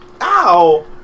Ow